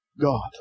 God